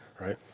right